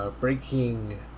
breaking